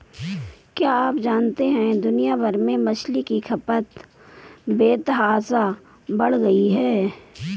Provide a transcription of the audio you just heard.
क्या आप जानते है दुनिया भर में मछली की खपत बेतहाशा बढ़ गयी है?